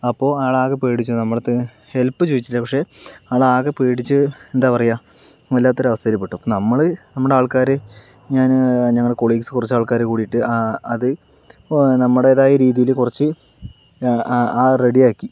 അപ്പോൾ ആളാകെ പേടിച്ചു പോയി നമ്മളുടെയടുത്ത് ഹെൽപ്പ് ചോദിച്ചില്ല പക്ഷെ ആളാകെ പേടിച്ചു എന്താ പറയുക വല്ലാത്തൊരവസ്ഥയിൽ പെട്ടു അപ്പോൾ നമ്മൾ നമ്മുടെ ആൾക്കാർ ഞാൻ ഞങ്ങൾ കൊളീഗ്സ് കുറച്ച് ആൾക്കാർ കൂടിയിട്ട് ആ അത് ഇപ്പോൾ നമ്മുടേതായ രീതിയിൽ കുറച്ച് റെഡി ആക്കി